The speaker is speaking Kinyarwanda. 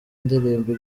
indirimbo